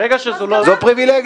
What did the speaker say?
ברור שזו לא זכות, זו פריבילגיה.